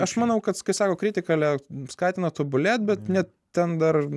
aš manau kad kai sako kritiką ale skatina tobulėti bet net ten dar